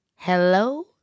Hello